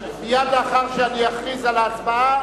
מייד לאחר שאני אכריז על ההצבעה,